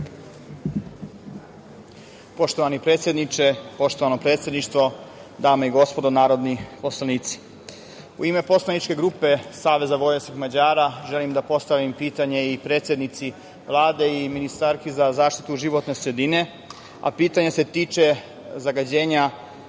Poštovani predsedniče, poštovano predsedništvo, dame i gospodo narodni poslanici, u ime poslaničke grupe Saveza vojvođanskih Mađara želim da postavim pitanje i predsednici Vlade i ministarki za zaštitu životne sredine, a pitanje se tiče zagađenja